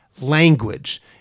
Language